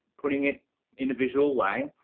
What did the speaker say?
putting it in a visual way.